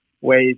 ways